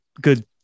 good